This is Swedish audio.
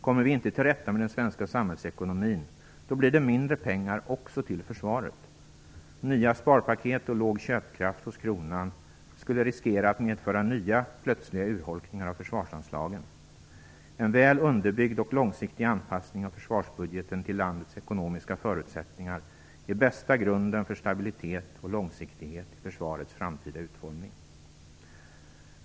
Kommer vi inte till rätta med den svenska samhällsekonomin blir det mindre pengar också till försvaret. Nya sparpaket och låg köpkraft hos kronan skulle riskera att medföra nya plötsliga urholkningar av försvarsanslagen. En väl underbyggd och långsiktig anpassning av försvarsbudgeten till landets ekonomiska förutsättningar är bästa grunden för stabilitet och långsiktighet i försvarets framtida utformning.